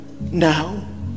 now